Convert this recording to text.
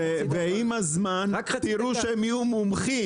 ועם הזמן, תראו שהם יהיו מומחים.